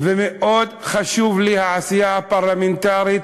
ומאוד חשובה לי העשייה הפרלמנטרית,